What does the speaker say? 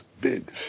big